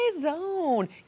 zone